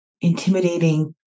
intimidating